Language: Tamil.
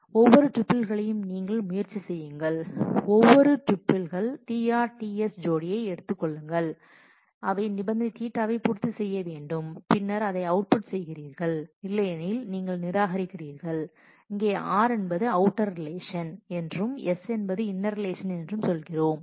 ஒவ்வொரு டூப்பிளையும் நீங்கள் முயற்சி செய்யுங்கள் ஒவ்வொரு டூப்பிள்கள் tr ts ஜோடியை எடுத்துக் கொள்ளுங்கள் அவை நிபந்தனை Ɵ வை பூர்த்தி செய்ய வேண்டும் பின்னர் அதை அவுட்புட் செய்கிறீர்கள் இல்லையெனில் நீங்கள் நிராகரிக்கிறீர்கள் இங்கே r என்பது அவுட்டர் ரிலேஷன் என்றும் s என்பது இன்னர் ரிலேஷன் என்றும் சொல்கிறோம்